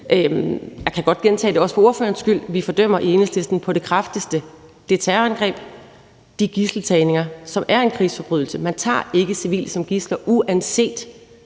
Jeg kan godt gentage det, også for ordførerens skyld. Vi i Enhedslisten fordømmer på det kraftigste det terrorangreb og de gidseltagninger, som er en krigsforbrydelse. Man tager ikke civile som gidsler, uanset